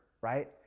right